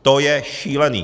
To je šílený!